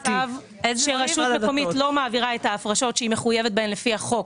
כאשר רשות מקומית לא מעבירה את ההפרשות שהיא מחויבות בהן לפי החוק,